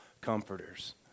comforters